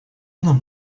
нам